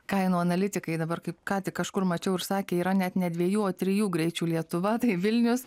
kainų analitikai dabar kaip ką tik kažkur mačiau ir sakė yra net ne dviejų o trijų greičių lietuva tai vilnius